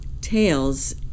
tales